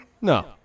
No